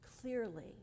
clearly